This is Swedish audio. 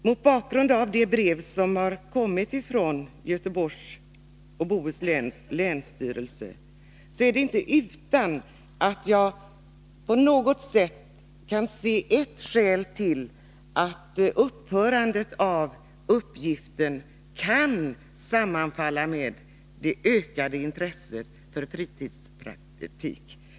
Mot bakgrund av det brev som har kommit från Göteborgs och Bohus läns länsstyrelse är det inte utan att det kan finnas skäl att säga att upphörandet av uppgiften kan sammanfalla med det ökade intresset för fritidspraktik.